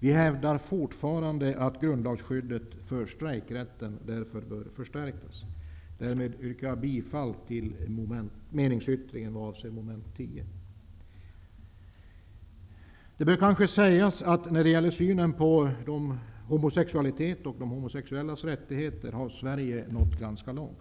Vi hävdar fortfarande att grundlagsskyddet för strejkrätt därför bör förstärkas. Därmed yrkar jag bifall till meningsyttringen avseende mom. 10. Det bör kanske sägas att när det gäller synen på homosexualitet och de homosexuellas rättigheter har Sverige nått ganska långt.